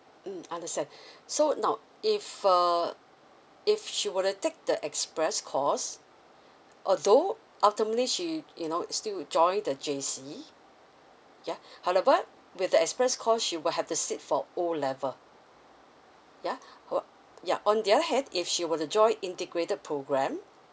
mm understand so now if uh if she would take the express course although ultimately she you know still join the J_C ya however with the express course she will have to sit for O level ya how~ ya on the other hand if she were to join integrated programme